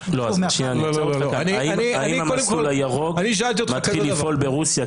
האם המסלול הירוק מתחיל לפעול ברוסיה?